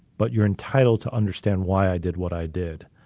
but you're entitled to understand why i did what i did.